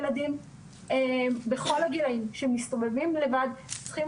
ילדים בכל הגילאים שמסתובבים לבד צריכים